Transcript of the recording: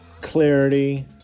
clarity